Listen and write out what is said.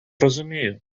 розумію